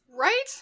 Right